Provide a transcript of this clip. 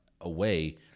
away